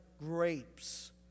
grapes